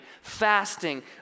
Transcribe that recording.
fasting